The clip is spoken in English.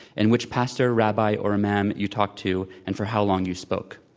and which pastor, rabb i or imam you talked to and for how long you spoke.